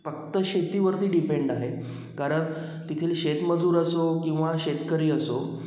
फक्त शेतीवरती डिपेंड आहे कारण तेथील शेतमजूर असो किंवा शेतकरी असो